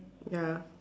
ya